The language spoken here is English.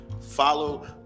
Follow